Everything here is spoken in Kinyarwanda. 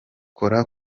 kora